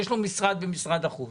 הוא שר החוץ.